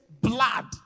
blood